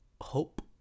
hope